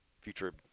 future